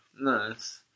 Nice